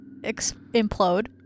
Implode